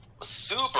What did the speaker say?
super